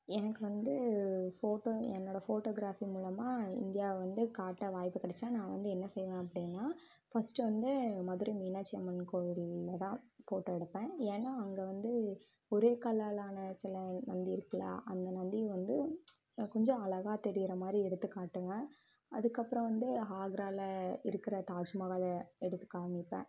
எனக்கு வந்து ஃபோட்டோ என்னோடய ஃபோட்டோக்ராஃபி மூலமாக இந்தியாவை வந்து காட்ட வாய்ப்பு கிடச்சா நான் வந்து என்ன செய்வேன் அப்படினா ஃபஸ்ட்டு வந்து மதுரை மீனாட்சி அம்மன் கோவில்லதான் ஃபோட்டோ எடுப்பேன் ஏன்னா அங்கே வந்து ஒரே கல்லால்லான சிலை வந்து இருக்குல அந்த நந்தி வந்து கொஞ்சம் அழகாக தெரிகிற மாதிரி எடுத்துக் காட்டுவேன் அதுக்கப்பறம் வந்து ஹாக்ரால இருக்கிற தாஜ்மஹாலை எடுத்துக் காமிப்பேன்